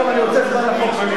עכשיו אני רוצה את זמן החוק שלי.